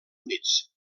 units